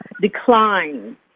decline